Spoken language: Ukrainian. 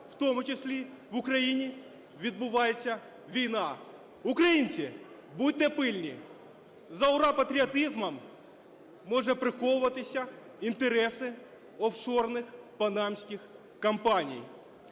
в тому числі в Україні відбувається війна. Українці, будьте пильні, за ура-патріотизмом можуть приховуватись інтереси офшорних панамських компаній.